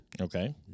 Okay